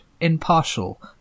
impartial